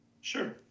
Sure